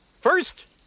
First